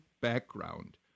background